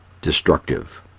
destructive